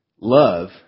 Love